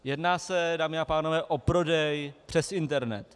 Jedná se, dámy a pánové, o prodej přes internet.